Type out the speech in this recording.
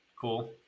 cool